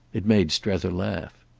it made strether laugh.